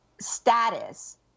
status